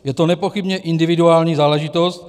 Je to nepochybně individuální záležitost.